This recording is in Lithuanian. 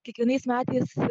kiekvienais metais